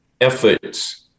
efforts